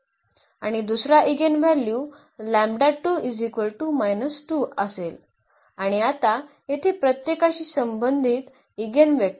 आणि दुसरा ईगेनव्हल्यू असेल आणि आता येथे प्रत्येकाशी संबंधित ईगेनवेक्टर